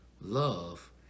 love